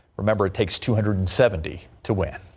remember it takes two hundred and seventy to win.